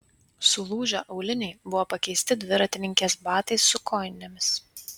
sulūžę auliniai buvo pakeisti dviratininkės batais su kojinėmis